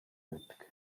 байдаг